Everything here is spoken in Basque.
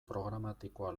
programatikoa